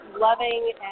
loving